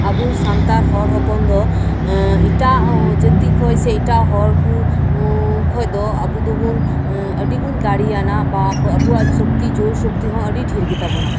ᱟᱵᱚ ᱥᱟᱱᱛᱟᱲ ᱦᱚᱲ ᱦᱚᱯᱚᱱ ᱫᱚ ᱮᱴᱟᱜ ᱡᱟᱹᱛᱚ ᱠᱷᱚᱡ ᱥᱮ ᱮᱴᱟᱜ ᱦᱚᱲ ᱠᱩ ᱠᱷᱚᱡ ᱫᱚ ᱟᱹᱵᱩ ᱫᱩᱵᱚᱱ ᱟᱹᱰᱤ ᱵᱚᱱ ᱫᱟᱲᱮᱭᱟᱱᱟ ᱵᱟ ᱟᱵᱚᱭᱟᱜ ᱥᱚᱠᱛᱤ ᱡᱳᱨ ᱥᱚᱠᱛᱤ ᱦᱚᱸ ᱟᱹᱰᱤ ᱰᱷᱮᱨ ᱜᱮᱛᱟ ᱵᱚᱱᱟ